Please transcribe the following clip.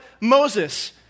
Moses